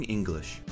English，